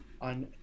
on